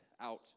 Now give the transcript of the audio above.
out